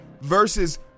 versus